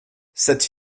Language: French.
cette